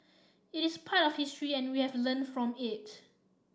it is part of history and we have learned from it